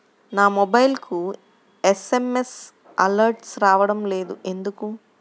నా మొబైల్కు SMS alerts రావడం లేదు ఎందుకు?